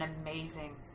amazing